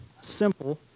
Simple